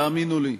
תאמינו לי,